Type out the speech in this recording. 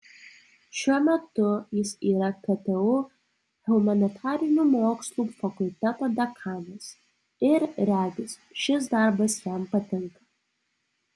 šiuo metu jis yra ktu humanitarinių mokslų fakulteto dekanas ir regis šis darbas jam patinka